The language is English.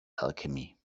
alchemy